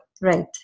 Right